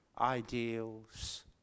ideals